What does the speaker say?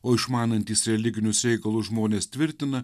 o išmanantys religinius reikalus žmonės tvirtina